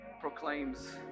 proclaims